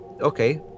okay